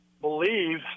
believe